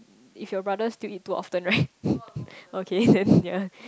if your brother still eat too often right okay yea